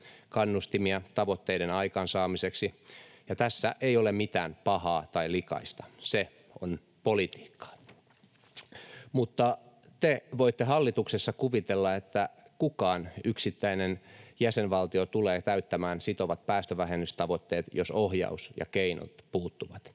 kannustimista tavoitteiden aikaansaamiseksi. Ja tässä ei ole mitään pahaa tai likaista, se on politiikkaa. Mutta te voitte hallituksessa kuvitella, miten kukaan yksittäinen jäsenvaltio tulee täyttämään sitovat päästövähennystavoitteet, jos ohjaus ja keinot puuttuvat.